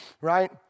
right